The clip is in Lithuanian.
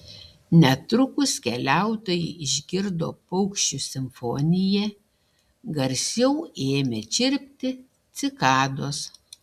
netrukus keliautojai išgirdo paukščių simfoniją garsiau ėmė čirpti cikados